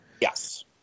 Yes